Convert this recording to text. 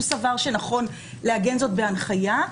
הוא סבר שנכון לעגן זאת בהנחיה,